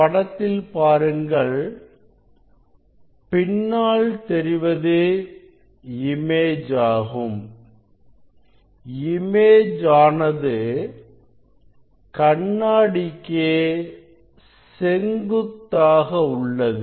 படத்தில் பாருங்கள் பின்னால் தெரிவது இமேஜ் ஆகும் இமேஜ் ஆனது கண்ணாடிக்கு செங்குத்தாக உள்ளது